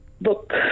Book